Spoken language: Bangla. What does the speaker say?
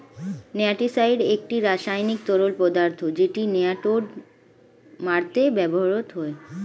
নেমাটিসাইড একটি রাসায়নিক তরল পদার্থ যেটি নেমাটোড মারতে ব্যবহৃত হয়